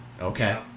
Okay